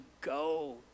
go